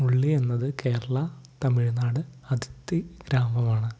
മുള്ളി എന്നത് കേരള തമിഴ്നാട് അതിര്ത്തി ഗ്രാമമാണ്